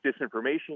disinformation